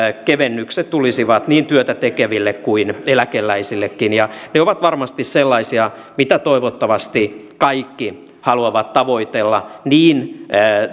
kevennykset tulisivat niin työtä tekeville kuin eläkeläisillekin ja ne ovat varmasti sellaisia mitä toivottavasti kaikki haluavat tavoitella niin